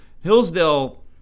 Hillsdale